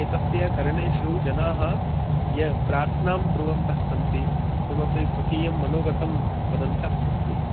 एतस्य कर्णेषु जनाः यां प्रार्थनां कुर्वन्तः सन्ति किमपि स्वकीयं मनोगतं वदन्तः सन्ति